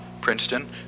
Princeton